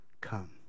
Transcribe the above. Come